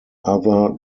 other